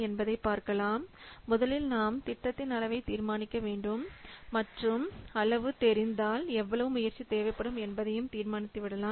என்பதை பார்க்கலாம் முதலில் நாம் திட்டத்தின் அளவை தீர்மானிக்க வேண்டும் மற்றும் அளவு தெரிந்தால் எவ்வளவு முயற்சி தேவைப்படும் என்பதை தீர்மானித்து விடலாம்